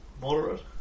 moderate